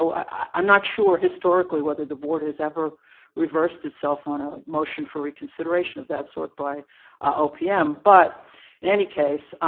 so i'm not sure historically whether the board has ever reversed itself on a motion for reconsideration of that sort by opm. but in any case,